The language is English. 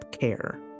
care